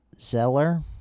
Zeller